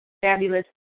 fabulous